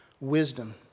Wisdom